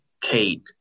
Kate